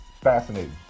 fascinating